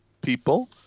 people